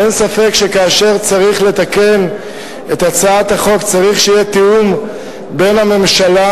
אין ספק שכאשר צריך לתקן את הצעת החוק צריך שיהיה תיאום בין הממשלה,